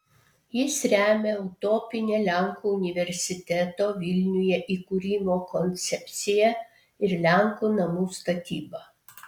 jis remia utopinę lenkų universiteto vilniuje įkūrimo koncepciją ir lenkų namų statybą